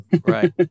Right